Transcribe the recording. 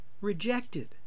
rejected